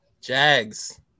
Jags